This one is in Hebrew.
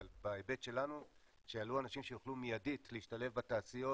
אבל בהיבט שלנו שיעלו אנשים שיוכלו מיידית להשתלב בתעשיות,